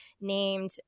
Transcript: named